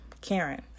Karen